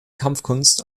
kampfkunst